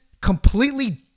completely